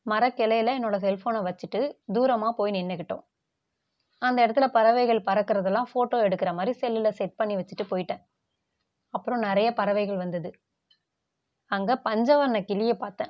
மரகிளையில என்னோட செல்ஃபோனை வச்சுட்டு தூரமா போய் நின்றுகிட்டோம் அந்த இடத்துல பறவைகள் பறக்கிறதுலாம் ஃபோட்டோ எடுக்கிற மாதிரி செல்லுல செட் பண்ணி வெச்சிட்டு போயிட்டேன் அப்புறோம் நிறைய பறவைகள் வந்தது அங்கே பஞ்சவர்ணக்கிளிய பார்த்தேன்